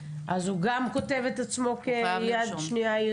אז מהחודש ה-13 הוא גם כותב את עצמו כ"יד שנייה"?